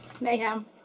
mayhem